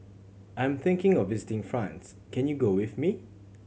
I'm thinking of visiting France can you go with me